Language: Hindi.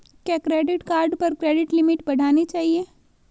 क्या क्रेडिट कार्ड पर क्रेडिट लिमिट बढ़ानी चाहिए?